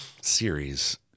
series